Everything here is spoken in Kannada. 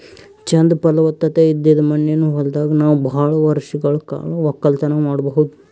ಚಂದ್ ಫಲವತ್ತತೆ ಇದ್ದಿದ್ ಮಣ್ಣಿನ ಹೊಲದಾಗ್ ನಾವ್ ಭಾಳ್ ವರ್ಷಗಳ್ ಕಾಲ ವಕ್ಕಲತನ್ ಮಾಡಬಹುದ್